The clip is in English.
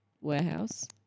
warehouse